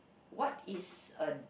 what is a